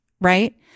right